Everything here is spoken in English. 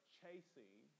chasing